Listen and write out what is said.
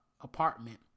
apartment